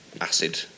acid